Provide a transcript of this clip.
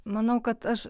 manau kad aš